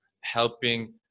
helping